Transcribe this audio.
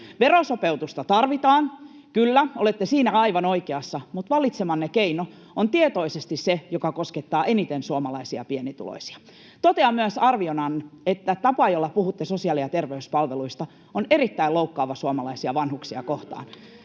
Verosopeutusta tarvitaan, kyllä, olette siinä aivan oikeassa, mutta valitsemanne keino on tietoisesti se, joka koskettaa eniten suomalaisia pienituloisia. Totean myös arviona, että tapa, jolla puhutte sosiaali- ja terveyspalveluista, on erittäin loukkaava suomalaisia vanhuksia kohtaan.